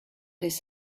his